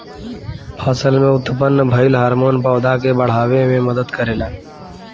फसल में उत्पन्न भइल हार्मोन पौधा के बाढ़ावे में मदद करेला